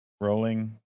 Rolling